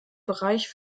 bereich